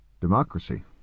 democracy